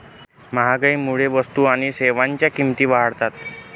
महागाईमुळे वस्तू आणि सेवांच्या किमती वाढतात